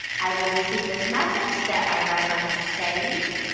i will receive this message that my record has saved.